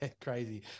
Crazy